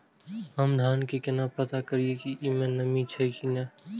हम धान के केना पता करिए की ई में नमी छे की ने?